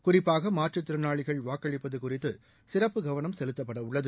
குறிப்பாக மாற்றுத்திறனாளிகள் வாக்களிப்பது குறித்து சிறப்பு கவனம் செலுத்தப்படவுள்ளது